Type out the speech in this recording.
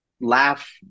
laugh